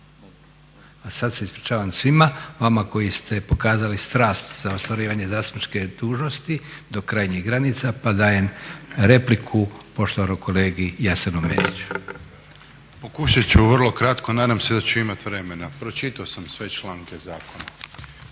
A sad se ispričavam svima vama koji ste pokazali strast za ostvarivanje zastupničke dužnosti do krajnjih granica, pa dajem repliku poštovanom kolegi Jasenu Mesiću. **Mesić, Jasen (HDZ)** Pokušat ću vrlo kratko. Nadam se da ću imati vremena. Pročitao sam sve članke zakona.